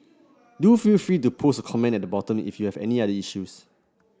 do feel free to post a comment at the bottom if you've any other issues